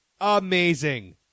Amazing